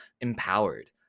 empowered